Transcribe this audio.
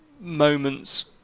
moments